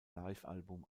livealbum